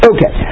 Okay